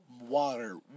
water